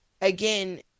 again